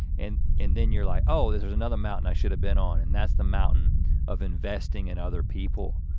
and and then you're like, oh, there's another mountain i should have been on. and that's the mountain of investing in other people.